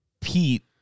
Pete